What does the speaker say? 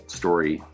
story